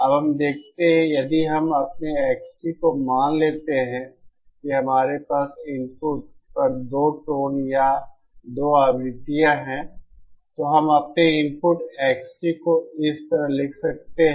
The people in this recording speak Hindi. अब हम देखते हैं यदि हम अपने x को मान लेते हैं की हमारे पास इनपुट पर 2 टोन या 2 आवृत्तियां हैं तो हम अपने इनपुट x को इस तरह लिख सकते हैं